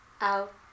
Out